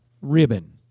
ribbon